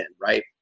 right